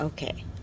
Okay